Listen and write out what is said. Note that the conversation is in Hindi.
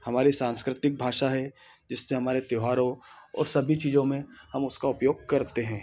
हमारी सांस्कृतिक भाषा है जिससे हमारे त्यौहारों और सभी चीजों में हम उसका उपयोग करते हैं